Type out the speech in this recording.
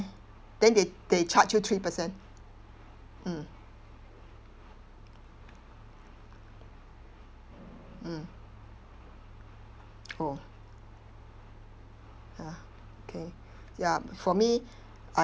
then they they charge you three percent mm mm oh ya okay ya for me I